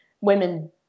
women